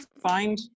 find